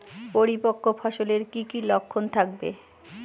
পরিপক্ক ফসলের কি কি লক্ষণ থাকবে?